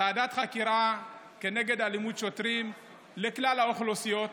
ועדת חקירה נגד אלימות שוטרים לכלל האוכלוסיות.